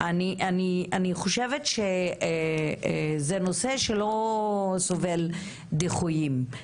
אני חושבת שזה נושא שלא סובל דיחויים.